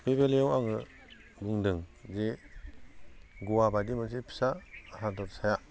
मेघालयायाव आङो बुंदों जे गवा बायदि मोनसे फिसा हादोरसाया